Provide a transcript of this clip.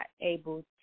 able